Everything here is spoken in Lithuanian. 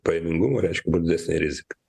pajamingumo reiškia bus didesnė rizika